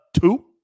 two